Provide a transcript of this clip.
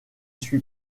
suis